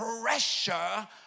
pressure